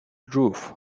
roof